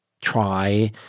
try